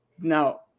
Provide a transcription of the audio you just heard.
Now